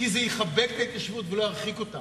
כי זה יחבק את ההתיישבות ולא ירחיק אותה.